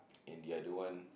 and the other one